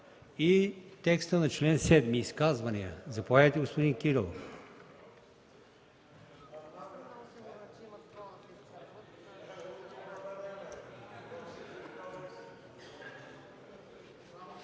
и текста на чл. 7. Изказвания? Заповядайте, господин Кирилов.